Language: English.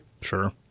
Sure